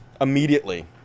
Immediately